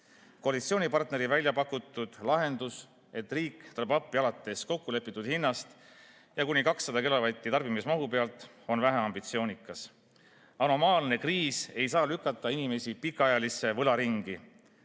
süveneb. Koalitsioonipartneri välja pakutud lahendus, et riik tuleb appi alates kokkulepitud hinnast ja kuni 200 kilovati tarbimismahu pealt, on väheambitsioonikas. Anomaalne kriis ei saa lükata inimesi pikaajalisse võlaringi.